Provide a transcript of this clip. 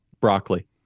Broccoli